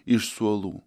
iš suolų